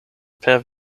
per